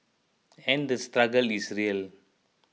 and the struggle is real